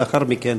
לאחר מכן